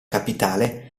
capitale